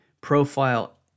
profile